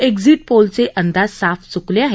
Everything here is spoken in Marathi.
एक्झीट पोलचे अंदाज साफ चुकले आहेत